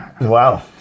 Wow